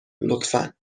لطفا